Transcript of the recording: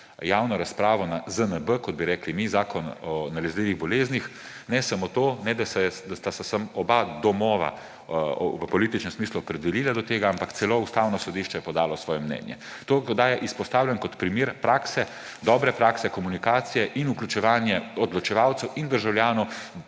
javno razpravo o ZNB, kot bi rekli mi, o zakonu o nalezljivih boleznih. Ne samo to, ne da sta se oba domova v političnem smislu opredelila do tega, ampak celo Ustavno sodišče je podalo svoje mnenje. To sedaj izpostavljam kot primer dobre prakse, komunikacije in vključevanje odločevalcev in državljanov